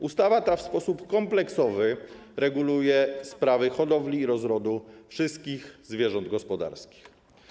Ustawa ta w sposób kompleksowy reguluje sprawy hodowli i rozrodu wszystkich zwierząt gospodarskich.